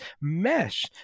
mesh